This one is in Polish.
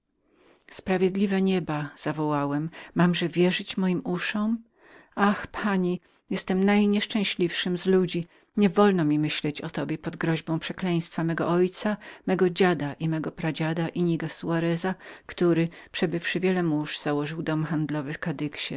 sprawiedliwe nieba zawołałem mamże wierzyć moim uszom ach pani jestem najnieszczęśliwszym z ludzi nie wolno mi myślić o tobie pod kąrąkarą przeklęstwa mego ojca mego dziada i mego pradziada inniga soarez który przebywszy wiele mórz założył dom handlowy w kadyxie